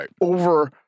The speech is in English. over